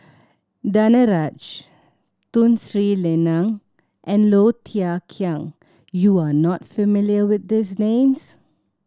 Danaraj Tun Sri Lanang and Low Thia Khiang you are not familiar with these names